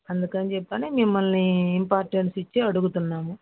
అందుకని చెప్పని మిమ్మల్ని ఇంపార్టెన్స్ ఇచ్చి అడుగుతున్నాము